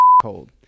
cold